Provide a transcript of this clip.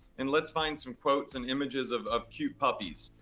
and let's find some quotes and images of of cute puppies,